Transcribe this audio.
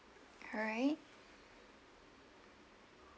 alright